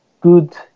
good